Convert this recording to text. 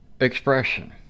expression